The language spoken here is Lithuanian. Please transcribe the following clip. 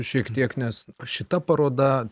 šiek tiek nes šita paroda